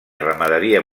ramaderia